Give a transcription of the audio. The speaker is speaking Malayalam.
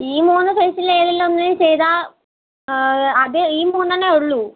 ഈ മൂന്ന് ഫേഷ്യലിൽ ഏതെങ്കിലും ഒന്ന് ചെയ്താൽ അത് ഈ മൂന്നെണ്ണെ ഉള്ളൂ